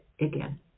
again